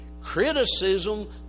Criticism